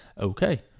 okay